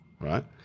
right